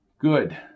Good